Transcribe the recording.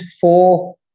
four